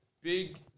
Big